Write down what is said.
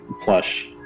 plush